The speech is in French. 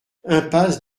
impasse